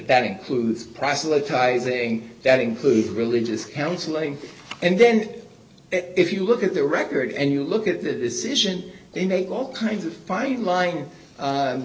that includes proselytizing that includes religious counseling and then if you look at the record and you look at the decision they made all kinds of fine line